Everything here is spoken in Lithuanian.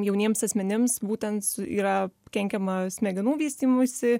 jauniems asmenims būtent yra kenkiama smegenų vystymuisi